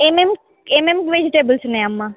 ఎమెమ్ ఎమేమి వెజిటేబుల్స్ ఉన్నాయమ్మా